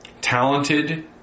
talented